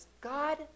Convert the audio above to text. God